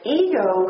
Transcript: ego